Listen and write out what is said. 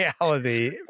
reality